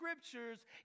scriptures